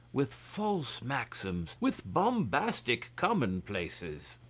with false maxims, with bombastic commonplaces!